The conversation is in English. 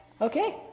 Okay